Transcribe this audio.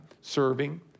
serving